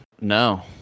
No